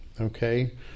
okay